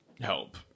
help